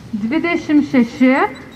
dvidešimt šeši